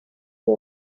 iri